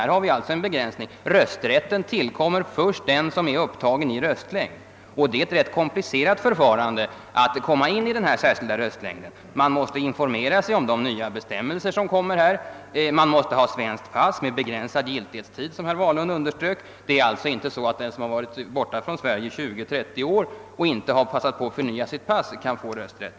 Där finns alltså en begränsning. Rösträtt tillkommer endast den som är upptagen i röstlängden, och det är ett rätt komplicerat förfarande att bli uppförd i den särskilda röstlängden. Man måste informera sig om de nya bestämmelser som gäller, och man måste ha svenskt pass med begränsad giltighetstid —' som herr Wahlund underströk. Det är alltså inte på det sättet att den som har varit borta från Sverige i 20—30 år och inte har förnyat sitt pass kan få rösträtt.